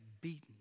beaten